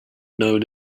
known